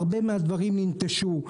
הרבה מהדברים ננטשו,